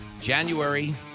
January